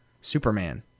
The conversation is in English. Superman